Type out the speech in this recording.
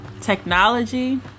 Technology